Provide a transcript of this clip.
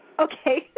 okay